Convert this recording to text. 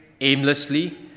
aimlessly